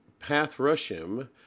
Pathrushim